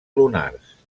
lunars